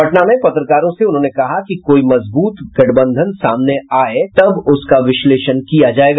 पटना में पत्रकारों से उन्होंने कहा कि कोई मजबूत गठबंधन सामने आये तब उसका विश्लेषण किया जायेगा